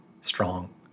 strong